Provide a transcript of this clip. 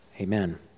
amen